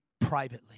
privately